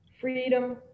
freedom